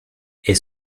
est